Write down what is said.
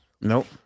Nope